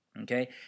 Okay